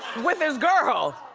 with his girl!